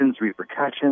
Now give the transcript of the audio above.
repercussions